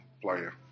player